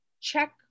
check